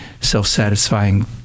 self-satisfying